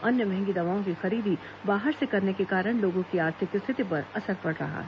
अन्य महंगी दवाओं की खरीदी बाहर से करने के कारण लोगों की आर्थिक स्थिति पर असर पड़ रहा है